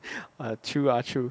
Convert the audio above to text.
true ah true